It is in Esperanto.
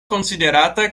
konsiderata